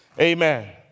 amen